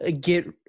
get